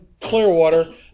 Clearwater